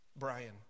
Brian